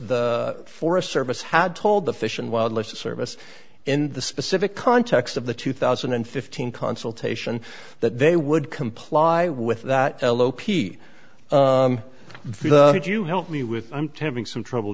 the forest service had told the fish and wildlife service in the specific context of the two thousand and fifteen consultation that they would comply with that fellow p did you help me with i'm having some trouble